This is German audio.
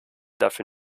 dafür